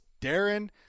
Darren